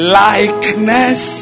likeness